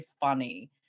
funny